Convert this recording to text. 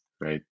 right